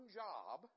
job